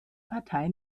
partei